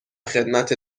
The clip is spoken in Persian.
خدمت